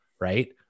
right